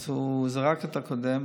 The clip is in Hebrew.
אז הוא זרק את הקודם.